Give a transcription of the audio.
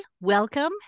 welcome